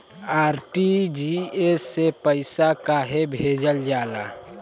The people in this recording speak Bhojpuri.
आर.टी.जी.एस से पइसा कहे भेजल जाला?